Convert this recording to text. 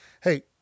hey